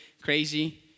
Crazy